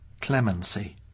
clemency